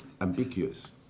ambiguous